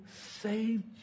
saved